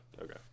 okay